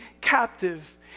captive